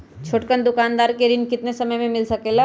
छोटकन दुकानदार के ऋण कितने समय मे मिल सकेला?